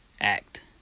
act